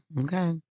Okay